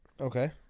Okay